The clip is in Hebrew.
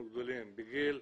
אנחנו גדולים בגיל,